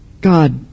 God